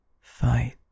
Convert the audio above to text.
fight